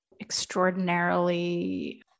extraordinarily